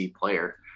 player